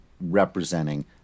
representing